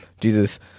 Jesus